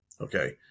Okay